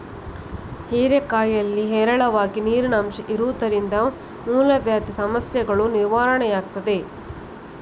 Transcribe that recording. ಹೀರೆಕಾಯಿಲಿ ಹೇರಳವಾಗಿ ನೀರಿನಂಶ ಇರೋದ್ರಿಂದ ಮೂಲವ್ಯಾಧಿ ಸಮಸ್ಯೆಗಳೂ ನಿವಾರಣೆಯಾಗ್ತದೆ